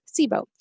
SIBO